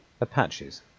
Apaches